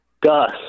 Gus